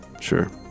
sure